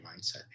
mindset